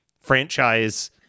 franchise